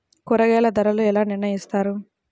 కూరగాయల ధరలు ఎలా నిర్ణయిస్తారు?